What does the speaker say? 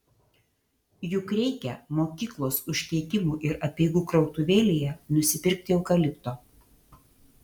juk reikia mokyklos užkeikimų ir apeigų krautuvėlėje nusipirkti eukalipto